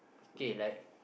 okay like